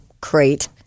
crate